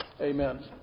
Amen